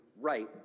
right